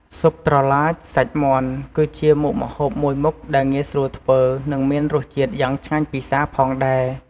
ស៊ុបត្រឡាច សាច់មាន់ គឺជាមុខម្ហូបមួយមុខដែលងាយស្រួលធ្វើ និងមានរសជាតិយ៉ាងឆ្ងាញ់ពិសាផងដែរ។